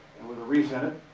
and with a wreath in it.